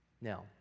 Now